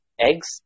eggs